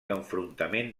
enfrontament